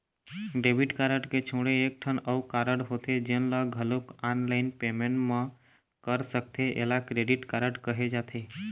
debit card के छोड़े एकठन अउ कारड होथे जेन ल घलोक ऑनलाईन पेमेंट म कर सकथे एला क्रेडिट कारड कहे जाथे